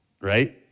right